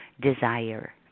desire